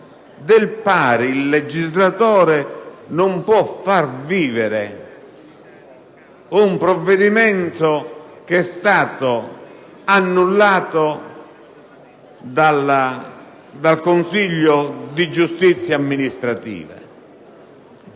del pari il legislatore non può far vivere un provvedimento che è stato annullato dal Consiglio di giustizia amministrativa